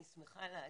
אני שמחה להגיד